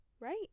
right